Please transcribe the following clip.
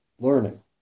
learning